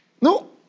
No